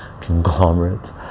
conglomerate